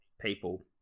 people